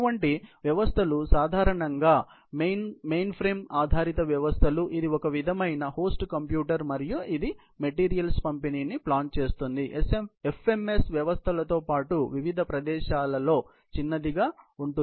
కాబట్టి ఇటువంటి వ్యవస్థలు సాధారణంగా మెయిన్ఫ్రేమ్ ఆధారిత వ్యవస్థలు ఇది ఒక విధమైన హోస్ట్ కంప్యూటర్ మరియు ఇది మెటీరియల్స్ పంపిణీని ప్లాన్ చేస్తుంది FMS వ్యవస్థతో పాటు వివిధ ప్రదేశాలలో చిన్నదిగా ఉంటుంది